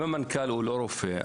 אם המנכ"ל אינו רופא,